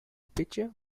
picture